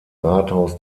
rathaus